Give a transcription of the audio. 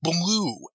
blue